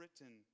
written